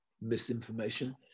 misinformation